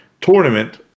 tournament